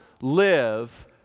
live